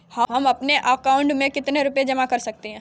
हम अपने bank account में कितने रुपये जमा कर सकते हैं?